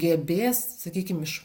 gebės sakykim iš